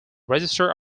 register